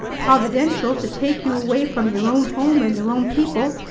providential to take you away from your own home and your own people,